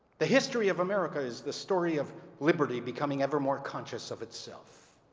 the history of america is the story of liberty becoming ever-more conscious of itself.